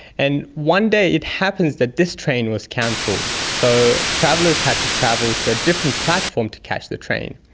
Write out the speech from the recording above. and one day it happens that this train was cancelled. so travellers had to travel to a different platform to catch the train.